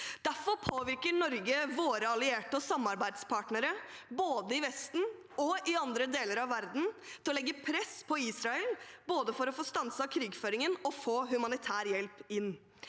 Derfor påvirker Norge våre allierte og samarbeidspartnere, både i Vesten og i andre deler av verden, til å legge press på Israel for å få stanset krigføringen og få humanitær hjelp inn.